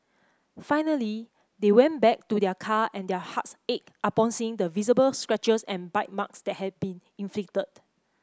finally they went back to their car and their hearts ached upon seeing the visible scratches and bite marks that had been inflicted